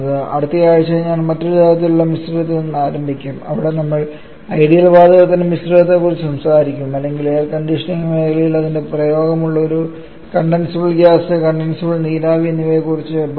അടുത്ത ആഴ്ച ഞാൻ മറ്റൊരു തരത്തിലുള്ള മിശ്രിതത്തിൽ നിന്ന് ആരംഭിക്കും അവിടെ നമ്മൾ ഐഡിയൽ വാതകത്തിന്റെ മിശ്രിതത്തെക്കുറിച്ച് സംസാരിക്കും അല്ലെങ്കിൽ എയർ കണ്ടീഷനിംഗ് മേഖലയിൽ അതിന്റെ പ്രയോഗം ഉള്ള ഒരു കണ്ടൻസബിൾ ഗ്യാസ് കണ്ടൻസബിൾ നീരാവി എന്നിവയെ കുറിച്ച് പറയും